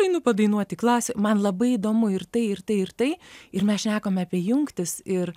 aš einu padainuoti klasiką man labai įdomu ir tai ir tai ir tai ir mes šnekam apie jungtis ir